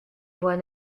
voix